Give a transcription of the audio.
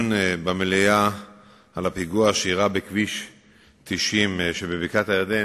לפחות לשאלה שעלתה אצלי בוועדת הפנים,